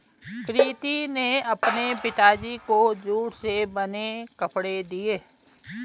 प्रीति ने अपने पिताजी को जूट से बने कपड़े दिए